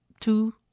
two